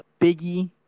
Biggie